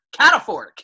cataphoric